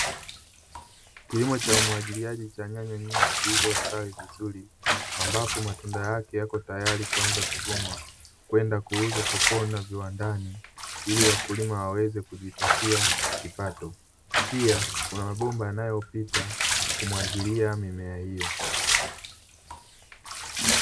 Kilimo cha umwagiliaji cha nyanya nyingi zilizostawi vizuri, ambapo matunda yake yapo tayari kuanza kuvunwa kwenda kuuzwa sokoni na viwandani ili wakulima waweze kujipatia kipato. Pia kuna mabomba yanayopita kumwagilia mimea hiyo.